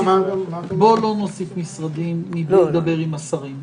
בואו לא נוסיף משרדים מבלי לדבר עם השרים.